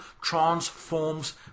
transforms